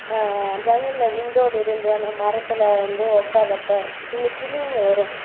ஜன்னலில் விண்டோவில் இருந்து அந்த மரத்தில் வந்து உக்கார்றப்ப இந்த கிளிங்கள் வரும்